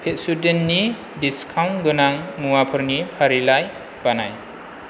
पेप्स'डेन्टनि discount गोनां मुवाफोरनि फारिलाइ बानाय